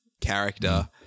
character